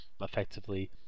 effectively